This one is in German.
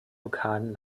lokalen